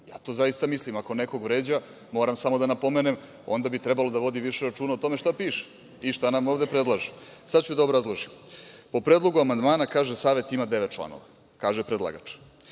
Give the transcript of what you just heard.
Ja to zaista mislim. Ako nekog vređa, moram samo da napomenem, onda bi trebalo da vodi više računa o tome šta piše i šta nam ovde predlaže. Sada ću da obrazložim. U predlogu amandmana kaže predlagač